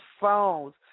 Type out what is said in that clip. phones